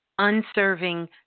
unserving